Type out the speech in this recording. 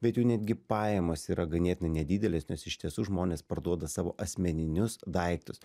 bet jų netgi pajamos yra ganėtinai nedidelės nes iš tiesų žmonės parduoda savo asmeninius daiktus